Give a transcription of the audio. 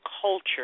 culture